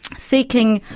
seeking,